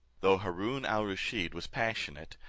though haroon al rusheed was passionate,